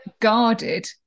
guarded